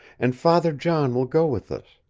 and father john will go with us.